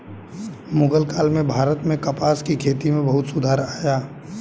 मुग़ल काल में भारत में कपास की खेती में बहुत सुधार आया